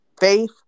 Faith